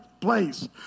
place